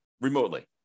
remotely